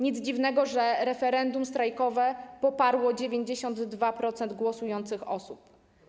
Nic dziwnego, że referendum strajkowe poparło 92% głosujących osób.